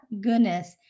goodness